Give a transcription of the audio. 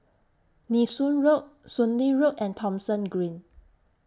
Nee Soon Road Soon Lee Road and Thomson Green